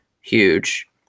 huge